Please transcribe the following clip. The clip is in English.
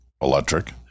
electric